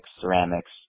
ceramics